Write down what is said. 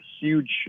huge